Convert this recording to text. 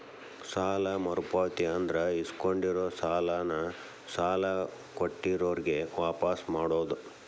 ಸಾಲ ಮರುಪಾವತಿ ಅಂದ್ರ ಇಸ್ಕೊಂಡಿರೋ ಸಾಲಾನ ಸಾಲ ಕೊಟ್ಟಿರೋರ್ಗೆ ವಾಪಾಸ್ ಕೊಡೋದ್